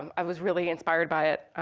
um i was really inspired by it.